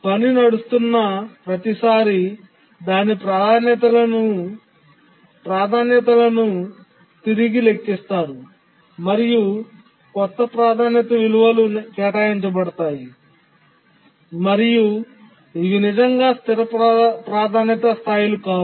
విధి నడుస్తున్న ప్రతిసారీ దాని ప్రాధాన్యతలను తిరిగి లెక్కిస్తారు మరియు కొత్త ప్రాధాన్యత విలువలు కేటాయించబడతాయి మరియు ఇవి నిజంగా స్థిర ప్రాధాన్యత స్థాయిలు కావు